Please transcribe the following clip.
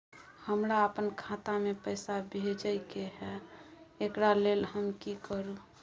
हमरा अपन खाता में पैसा भेजय के है, एकरा लेल हम की करू?